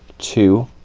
two,